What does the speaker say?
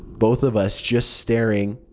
both of us just staring.